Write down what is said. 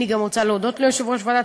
אני גם רוצה להודות ליושב-ראש ועדת